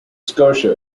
scotia